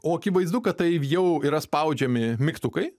o akivaizdu kad tai jau yra spaudžiami mygtukai